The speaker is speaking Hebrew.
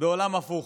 בעולם הפוך,